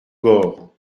gorre